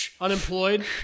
Unemployed